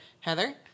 Heather